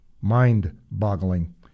mind-boggling